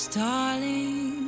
darling